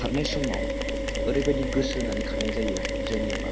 खारनाय समाव ओरैबायदि गोसो होनानै खारनाय जायो जेनेबा